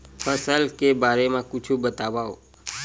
फसल के बारे मा कुछु बतावव